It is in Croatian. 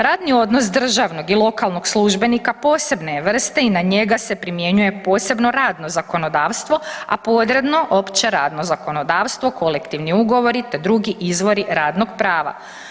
Radni odnos državnog i lokalnog službenika posebne je vrste i na njega se primjenjuje posebno radno zakonodavstvo, a podredno opće radno zakonodavstvo, kolektivni ugovori te drugi izvori radnog prava.